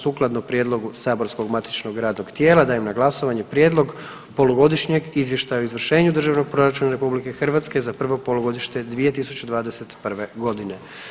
Sukladno prijedlogu saborskog matičnog radnog tijela, dajem na glasovanje Prijedlog polugodišnjeg izvještaja o izvršenju državnog proračuna RH za prvo polugodište 2021. godine.